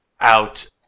out